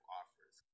offers